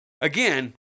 again